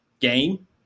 game